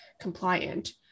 compliant